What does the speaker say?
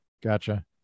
Gotcha